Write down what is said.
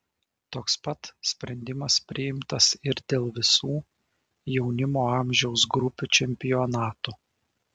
toks pat sprendimas priimtas ir dėl visų jaunimo amžiaus grupių čempionatų